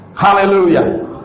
Hallelujah